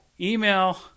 Email